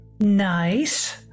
Nice